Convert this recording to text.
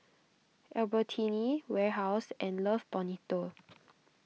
Albertini Warehouse and Love Bonito